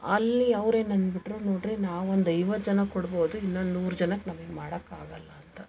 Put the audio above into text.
ಅಲ್ಲಿ ಅವ್ರೇನು ಅಂದುಬಿಟ್ರು ನೋಡಿರಿ ನಾವೊಂದು ಐವತ್ತು ಜನಕ್ಕೆ ಕೊಡ್ಬೋದು ಇನ್ನೊಂದು ನೂರು ಜನಕ್ಕೆ ನಮ್ಗೆ ಮಾಡಕ್ಕೆ ಆಗೋಲ್ಲ ಅಂತ